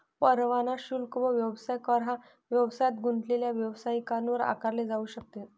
परवाना शुल्क व व्यवसाय कर हा व्यवसायात गुंतलेले व्यावसायिकांवर आकारले जाऊ शकते